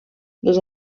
les